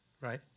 right